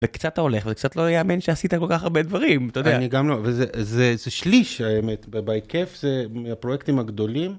וקצת אתה הולך וקצת לא יאמן שעשית כל כך הרבה דברים, אתה יודע. אני גם לא, וזה שליש האמת, בהיקף זה מהפרויקטים הגדולים.